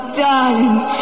darling